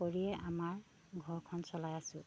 কৰিয়ে আমাৰ ঘৰখন চলাই আছোঁ